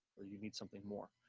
or you need something more.